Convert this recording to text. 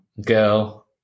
girl